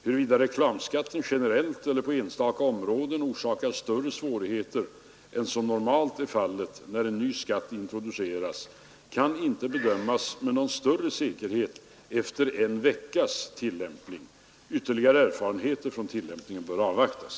Huruvida reklamskatten generellt eller på enstaka områden orsakar större svårigheter än som normalt är fallet när en ny skatt introduceras kan inte bedömas med någon större säkerhet efter en veckas tillämpning. Ytterligare erfarenheter från tillämpningen bör avvaktas.